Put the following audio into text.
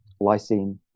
lysine